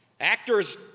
Actors